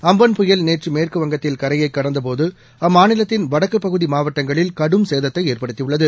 Amphan புயல் நேற்றுமேற்குவங்கத்தில் கரையைகடந்தபோது வடக்குபகுதிமாவட்டங்களில் கடும் சேதத்தைஏற்படுத்தியுள்ளது